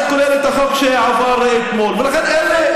החוק שעבר אתמול ומבטל את ועדת השליש של האסירים הפלסטינים.